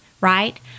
right